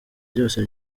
ryose